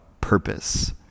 purpose